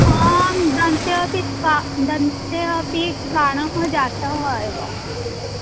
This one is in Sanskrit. आं दन्ते अपि का दन्ते अपि काणः जातः एव